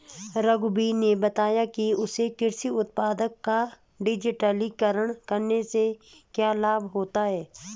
रघुवीर ने बताया कि उसे कृषि उत्पादों का डिजिटलीकरण करने से क्या लाभ होता है